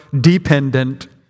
dependent